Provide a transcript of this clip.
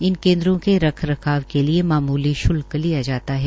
इन केंद्रों के रखरखाव के लिए मामूली श्ल्क लिया जाता है